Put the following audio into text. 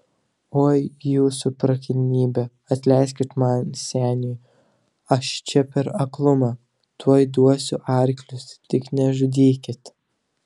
oi jūsų prakilnybe atleiskit man seniui aš čia per aklumą tuoj duosiu arklius tik nežudykit